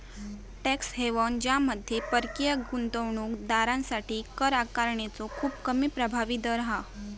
tax haven ज्यामध्ये परकीय गुंतवणूक दारांसाठी कर आकारणीचो खूप कमी प्रभावी दर हा